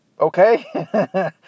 okay